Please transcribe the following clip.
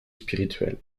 spirituelle